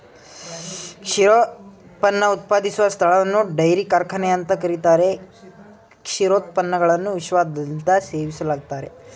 ಕ್ಷೀರೋತ್ಪನ್ನ ಉತ್ಪಾದಿಸುವ ಸ್ಥಳನ ಡೈರಿ ಕಾರ್ಖಾನೆ ಅಂತ ಕರೀತಾರೆ ಕ್ಷೀರೋತ್ಪನ್ನಗಳನ್ನು ವಿಶ್ವದಾದ್ಯಂತ ಸೇವಿಸಲಾಗ್ತದೆ